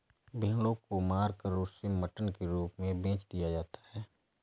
भेड़ों को मारकर उसे मटन के रूप में बेच दिया जाता है